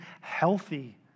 healthy